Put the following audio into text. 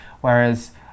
Whereas